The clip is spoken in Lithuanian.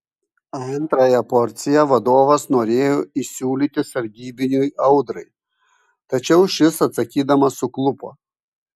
antrąją porciją vadovas norėjo įsiūlyti sargybiniui audrai tačiau šis atsakydamas suklupo